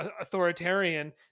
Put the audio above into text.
authoritarian